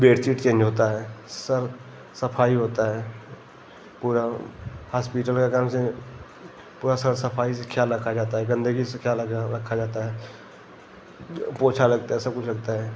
bedsheet change होता है sir सफाई होता है पूरा हास्पिटल का कम से पूरा सर सफाई से ख्याल रखा जाता है गंदगी से ख्याल रखा जाता है पोछा लगता है सब कुछ लगता है